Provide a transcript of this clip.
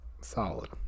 Solid